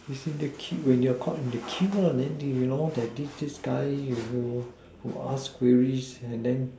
is in the queue when you are caught in the queue lah then you know then there is this guy who ask questions and then